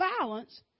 violence